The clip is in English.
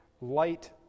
light